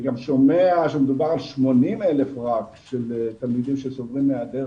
אני גם שומע שמדובר על רק 80,000 תלמידים שסובלים מהיעדר